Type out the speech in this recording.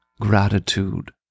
gratitude